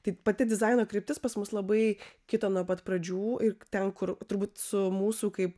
tai pati dizaino kryptis pas mus labai kito nuo pat pradžių ir ten kur turbūt su mūsų kaip